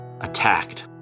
attacked